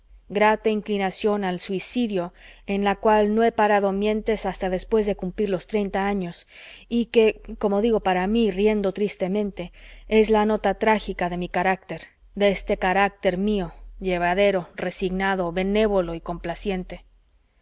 grata inclinación al suicidio en la cual no he parado mientes hasta después de cumplir los treinta años y que como digo para mí riendo tristemente es la nota trágica de mi carácter de este carácter mío llevadero resignado benévolo y complaciente